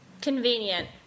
Convenient